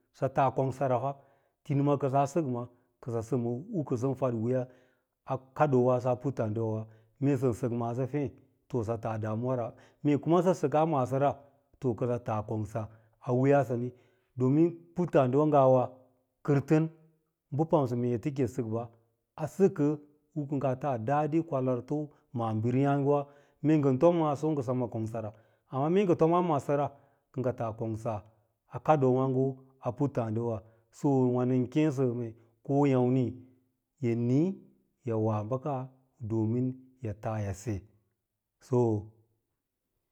Sɚ ta kongsarafa tinima kɚ saa sɚkma kɚrɚ sɚkɚ u kosaa fauviriyɚ a kaɗoowaaso a puttààɗu wa mee sɚn sɚk maaso feisɚ taa kongsa damuwa ra, mee pɚsɚ sɚkaa maasora kɚsɚ taa kongsa a wiiyaa sani do puttààdiwa ngawa yi kɚrtɚn bɚ pamsɚ mee eta ki yi sɚk ba a sɚkɚ u kɚ nga taa dali kwalanrito maatiriyààgewa, mee ngɚn tom maaso ngɚ taa kongsa ra, amma mee ngɚ tom aa maasora kɚ ngɚ taa kengaa a kaɗoowààgo puttààdiwa so wà nɚn kêê sɚ ko yàmni mee yi nii yi wa bɚka dom mee yi taa yise so.